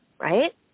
right